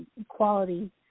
equality